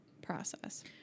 process